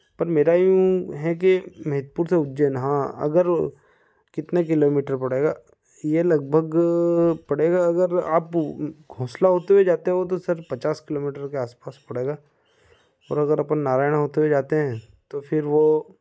पर मेरा यूँ है के महिपुर से उज्जैन हाँ अगर कितने किलोमीटर पड़ेगा यह लगभग पड़ेगा अगर आप खोसला होते हुए जाते हो तो सर पचास किलोमीटर के आस पास पड़ेगा और अगर अपन नारायणा होते हुए जाते हैं तो फ़िर वह